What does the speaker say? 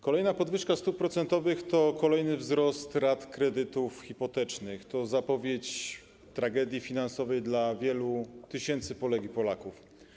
Kolejna podwyżka stóp procentowych to kolejny wzrost rat kredytów hipotecznych, to zapowiedź tragedii finansowej dla wielu tysięcy Polek i Polaków.